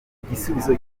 igisubizo